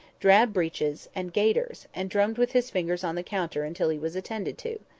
drab breeches, and gaiters, and drummed with his fingers on the counter until he was attended to.